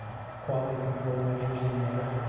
ah quality control measures in there,